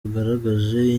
bagaragaje